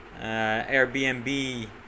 Airbnb